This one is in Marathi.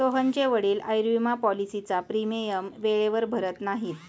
सोहनचे वडील आयुर्विमा पॉलिसीचा प्रीमियम वेळेवर भरत नाहीत